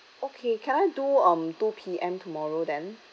okay can I do um two P_M tomorrow then